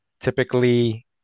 Typically